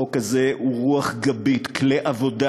החוק הזה הוא רוח גבית, כלי עבודה